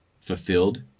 fulfilled